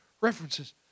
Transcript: references